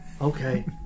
Okay